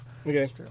Okay